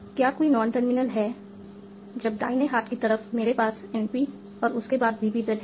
क्या कोई non terminal है जब दाहिने हाथ की तरफ मेरे पास NP और उसके बाद VBZ है